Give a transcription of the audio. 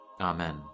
Amen